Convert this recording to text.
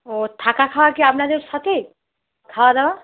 ও থাকা খাওয়ার কি আপনাদের সাথেই খাওয়া দাওয়া